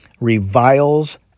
reviles